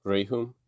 Rehum